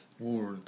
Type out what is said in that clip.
World